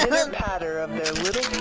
um pitter-patter of their little